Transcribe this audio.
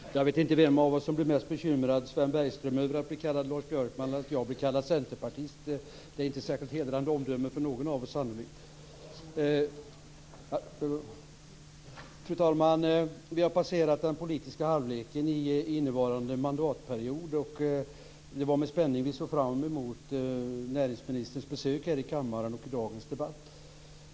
Fru talman! Jag vet inte vem av oss som blev mest bekymrad - Sven Bergström över att bli kallad Lars Björkman eller jag över att bli kallad centerpartist. Det är inte särskilt hedrande omdömen för någon av oss, sannolikt. Fru talman! Vi har passerat den politiska halvleken i innevarande mandatperiod. Det var med spänning vi såg fram emot näringsministerns besök här i kammaren och i dagens debatt.